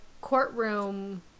courtroom